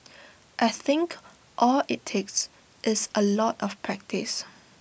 I think all IT takes is A lot of practice